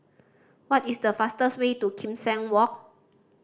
what is the fastest way to Kim Seng Walk